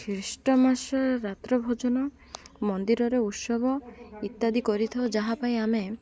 ଖ୍ରୀଷ୍ଟ ମାସ ରାତ୍ର ଭୋଜନ ମନ୍ଦିରରେ ଉତ୍ସବ ଇତ୍ୟାଦି କରିଥାଉ ଯାହା ପାଇଁ ଆମେ